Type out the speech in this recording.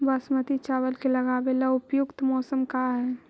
बासमती चावल के लगावे ला उपयुक्त मौसम का है?